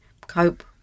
cope